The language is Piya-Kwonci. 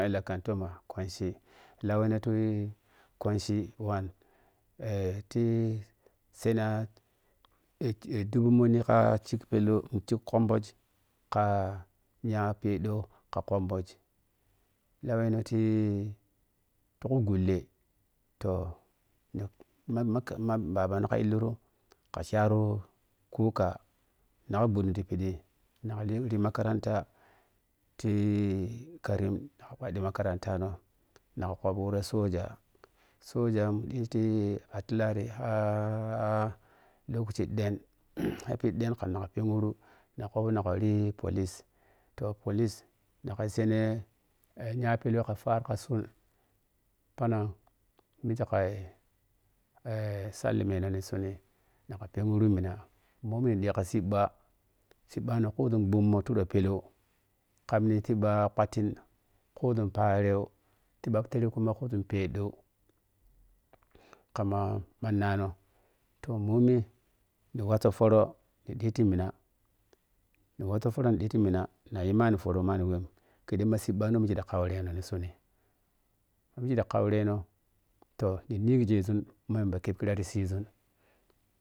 Aila kantima kwanchin, laweno tu kwandi man to sane dubu monni ka chik pelau chik kwamboij kha nya pedau kha kwamboij. Laweni to ti khu gulle toh ma-ma-ma ma baban kha izzu ru kha kyari khuka nagha ghudun ti pidi mnagha ri makaranta ti kanim nagha kpaɗɗi makarantano nigha khobo wor ya soja, soja mi ɗiti atilari har lokaci ɗen ya pi ɗen kal migh penghu ru magho kubo na rhi police, toh police magha yi sene eh- nyapela ka. Fat khasun pennan mikhe kha sallimeno nin sunu negha penghu ru mina, momi ni ɗi kha cibba. Cibba no kuʒun gbummo turo pelau komnin cibba kpantin kuʒo parelau cibba serreb kuma ku ʒun pedau, kamma mannano toh momi ni wohso foro, ni wohso foro ni ɗi ti mina, na yi yi manni foro manni weh keɗen ma cibbano weh mikhe ta khau reno nin suni. Ma mikhe ta khaureno to ni nighi ge ʒun ma yamba keb khira ti khiʒun.